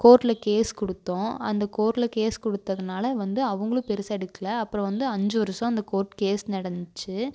கோர்ட்டில் கேஸ் கொடுத்தோம் அந்த கோர்ட்டில் கேஸ் கொடுத்ததுனால வந்து அவங்களும் பெருசாக எடுக்கலை அப்புறம் வந்து அஞ்சு வருஷம் அந்த கோர்ட் கேஸ் நடந்துச்சு